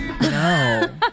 No